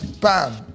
bam